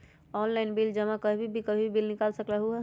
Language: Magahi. ऑनलाइन बिल जमा कहीं भी कभी भी बिल निकाल सकलहु ह?